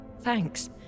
Thanks